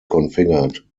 configured